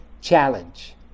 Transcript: challenge